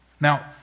Now